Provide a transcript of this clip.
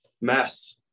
Mess